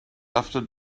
after